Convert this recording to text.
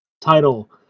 title